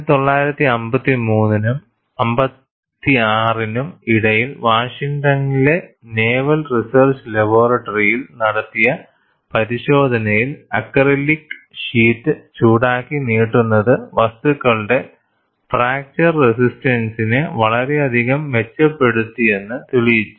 1953 നും 1956 നും ഇടയിൽ വാഷിംഗ്ടണിലെ നേവൽ റിസർച്ച് ലബോറട്ടറിയിൽ നടത്തിയ പരിശോധനയിൽ അക്രിലിക് ഷീറ്റ് ചൂടാക്കി നീട്ടുന്നത് വസ്തുക്കളുടെ ഫാക്ചർ റെസിസ്റ്റൻസിനെ വളരെയധികം മെച്ചപ്പെടുത്തിയെന്ന് തെളിയിച്ചു